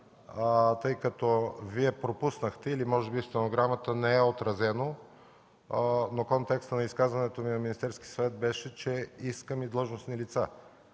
лица. Вие пропуснахте, може би в стенограмата не е отразено, но контекстът на изказването ми в Министерския съвет беше, че искам и длъжностните лица